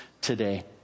today